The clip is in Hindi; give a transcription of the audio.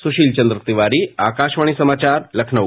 सुशील चन्द्र तिवारी आकाशवाणी समाचार लखनऊ